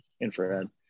infrared